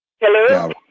Hello